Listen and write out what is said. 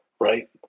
right